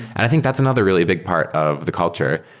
i think that's another really big part of the culture.